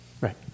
Right